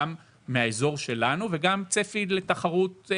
גם מן האזור שלנו וגם צפי לתחרות.